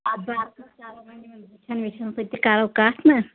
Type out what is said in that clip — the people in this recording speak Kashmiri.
اَدٕ بارس منٛز چلو وۅنۍ یِمَن زِٹھٮ۪ن وِٹھٮ۪ن سۭتۍ تہِ کَرو کَتھ نا